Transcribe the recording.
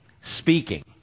speaking